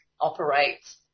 operates